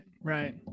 Right